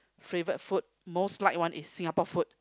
favourite food most like one is Singapore food